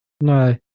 No